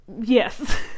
Yes